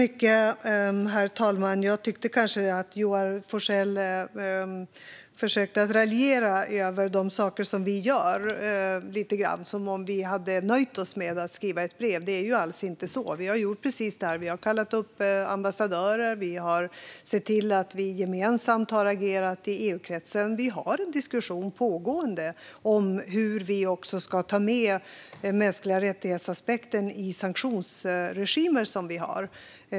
Herr talman! Jag tyckte att Joar Forssell kanske försökte raljera över de saker vi gör, lite grann som om vi hade nöjt oss med att skriva ett brev. Så är det inte alls. Vi har gjort precis detta: Vi har kallat upp ambassadörer. Vi har sett till att agera gemensamt i EU-kretsen. Vi har en pågående diskussion om hur vi också ska ta med människorättsaspekten i de sanktionsregimer vi har.